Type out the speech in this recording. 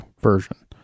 version